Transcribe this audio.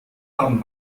haben